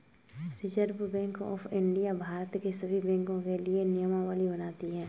reserve bank of India Bharat के सभी बैंकों के लिए नियमावली बनाती है